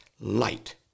light